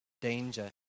danger